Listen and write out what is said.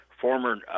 former